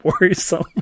worrisome